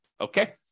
okay